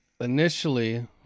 Initially